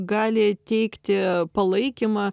gali teikti palaikymą